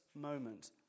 moment